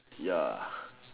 ya